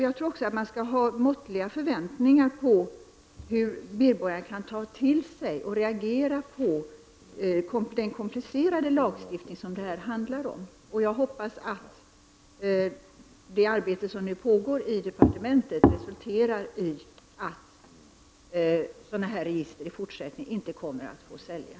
Jag tror också att man skall ha måttliga förväntningar på hur medborgarna kan ta till sig och reagera på den komplicerade lagstiftning som finns. Jag hoppas att det arbete som nu pågår i departementet resulterar i att sådana här register i fortsättningen inte kommer att få säljas.